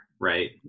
right